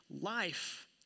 life